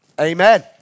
Amen